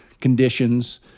conditions